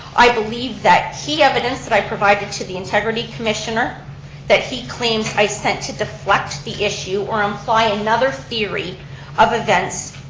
i believe that key evidence that i provided to the integrity commissioner that he claims i sent to deflect the issue or imply another theory of events,